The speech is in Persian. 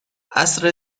عصر